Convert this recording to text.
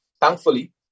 thankfully